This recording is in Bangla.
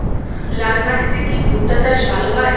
লাল মাটিতে কি ভুট্টা চাষ ভালো হয়?